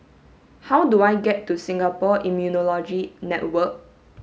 how do I get to Singapore Immunology Network